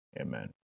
Amen